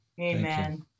Amen